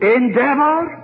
endeavor